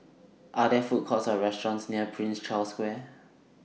Are There Food Courts Or restaurants near Prince Charles Square